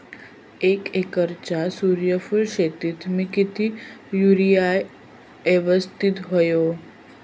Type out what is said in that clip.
एक एकरच्या सूर्यफुल शेतीत मी किती युरिया यवस्तित व्हयो?